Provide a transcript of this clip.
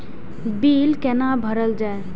Bill कैना भरल जाय?